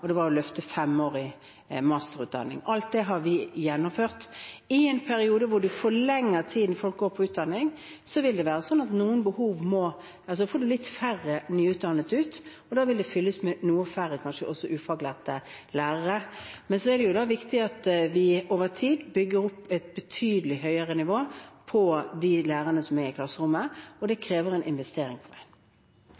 og å løfte femårig masterutdanning. Alt det har vi gjennomført. I en periode når man forlenger tiden folk går på utdanning, vil det være slik at man får litt færre nyutdannede ut, og da vil det kanskje fylles på med ufaglærte lærere. Så er det viktig at vi over tid bygger opp et betydelig høyere nivå på de lærerne som er i klasserommet, og det